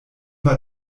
war